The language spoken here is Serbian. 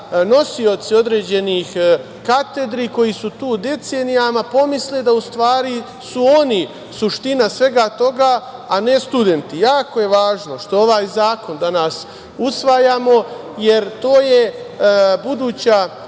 nosioci određenih katedri, koji su tu decenijama, pomisle da u stvari su oni suština svega toga, a ne studenti. Jako je važno što ovaj zakon danas usvajamo, jer to je buduća